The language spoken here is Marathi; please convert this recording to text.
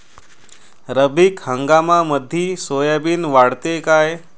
रब्बी हंगामामंदी सोयाबीन वाढते काय?